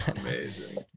Amazing